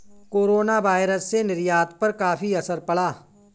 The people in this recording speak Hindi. कोरोनावायरस से निर्यात पर काफी असर पड़ा